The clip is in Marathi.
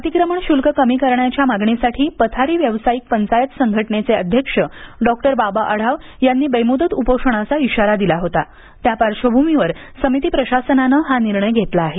अतिक्रमण शुल्क कमी करण्याच्या मागणीसाठी पथारी व्यावसायिक पंचायत संघटनेचे अध्यक्ष ड़ॉक्टर बाबा आढाव यांनी बेमुदत उपोषणाचा इशारा दिला होता त्या पार्श्वभूमीवर समिती प्रशासनानं हा निर्णय घेतला आहे